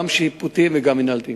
גם שיפוטיים וגם מינהלתיים.